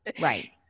Right